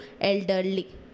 elderly